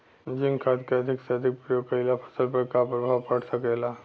Zinc खाद क अधिक से अधिक प्रयोग कइला से फसल पर का प्रभाव पड़ सकेला?